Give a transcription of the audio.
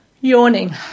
Yawning